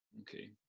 Okay